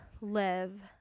live